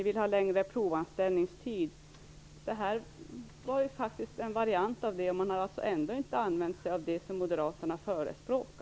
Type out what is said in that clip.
De vill ha längre provanställningstid, och det här är faktiskt en variant. Ändå har man inte använt sig av det som Moderaterna förespråkar.